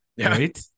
right